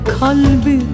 kalbi